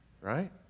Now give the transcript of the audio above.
right